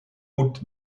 moet